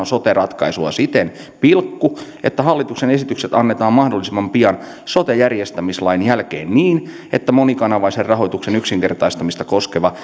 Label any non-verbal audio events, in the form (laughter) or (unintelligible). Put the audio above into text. (unintelligible) sote ratkaisua siten että hallituksen esitykset annetaan mahdollisimman pian sote järjestämislain jälkeen niin että monikanavaisen rahoituksen yksinkertaistamista koskeva (unintelligible)